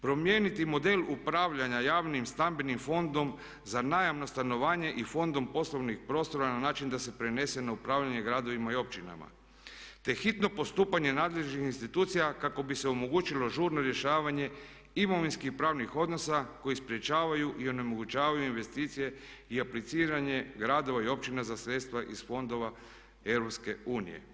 Promijeniti model upravljanja javnim stambenim fondom za najam na stanovanje i fondom poslovnih prostora na način da se prenese na upravljanje gradovima i općinama, te hitno postupanje nadležnih institucija kako bi se omogućilo žurno rješavanje imovinskih pravnih odnosa koji sprječavaju i onemogućavaju investicije i apliciranje gradova i općina za sredstva za fondova EU.